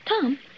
Tom